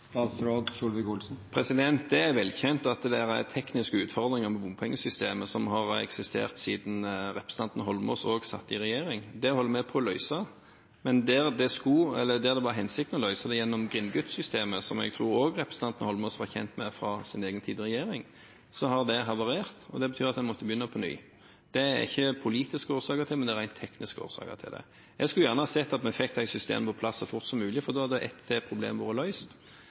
Det er vel kjent at det er tekniske utfordringer med bompengesystemet, som har eksistert siden representanten Eidsvoll Holmås satt i regjering. Det holder vi på å løse. Men da hensikten var å løse det gjennom Grindgut-systemet – som jeg tror også representanten Eidsvoll Holmås er kjent med fra sin egen tid i regjering – har det havarert. Det betyr at en måtte begynne på nytt. Det er ikke politiske, men rent tekniske årsaker til det. Jeg skulle gjerne ha sett at vi hadde fått det systemet på plass så fort som mulig, for da hadde et problem til vært løst.